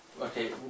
okay